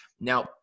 now